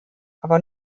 aber